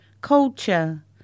culture